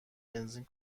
بنزین